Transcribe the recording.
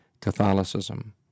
Catholicism